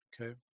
Okay